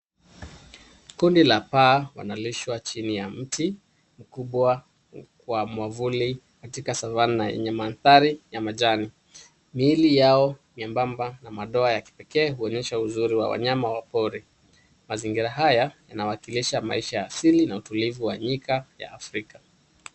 Kundi la paa wanalishwa chini ya mti mkubwa wa mwavuli katika savanna yenye mandhari ya majani. Miili yao nyembamba na madoa ya kipekee huonyesha uzuri wa wanyama wa pori. Mazingira haya inawakilisha maisha ya asili na utulivu wa nyika ya Afrika.